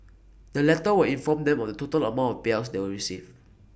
the letter will inform them of the total amount payouts they will receive